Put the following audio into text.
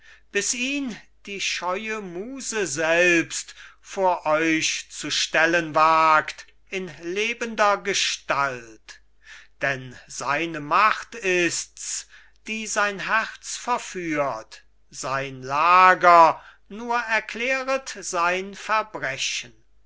bis ihn die scheue muse selbst vor euch zu stellen wagt in lebender gestalt denn seine macht ists die sein herz verführt sein lager nur erkläret sein verbrechen